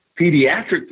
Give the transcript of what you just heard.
pediatric